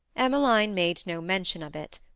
emmeline made no mention of it.